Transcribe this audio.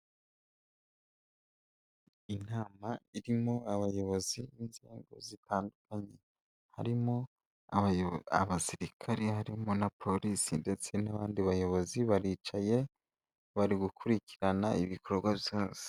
Inama irimo abayobozi b'inzego zitandukanye, harimo abasirikare harimo na polisi ndetse n'abandi bayobozi baricaye bari gukurikirana ibikorwa byose.